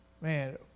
Man